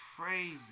crazy